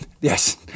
Yes